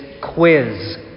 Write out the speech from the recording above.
quiz